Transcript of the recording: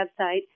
website